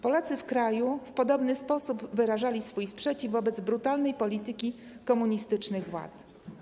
Polacy w kraju w podobny sposób wyrażali swój sprzeciw wobec brutalnej polityki komunistycznych władz.